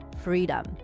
freedom